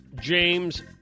James